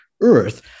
earth